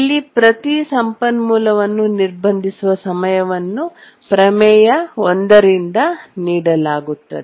ಅಲ್ಲಿ ಪ್ರತಿ ಸಂಪನ್ಮೂಲವನ್ನು ನಿರ್ಬಂಧಿಸುವ ಸಮಯವನ್ನು ಪ್ರಮೇಯ 1 ರಿಂದ ನೀಡಲಾಗುತ್ತದೆ